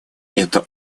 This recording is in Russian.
это